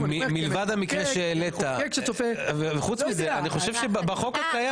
מלבד המקרה שהעלית, וחוץ מזה אני חושב שבחוק הקיים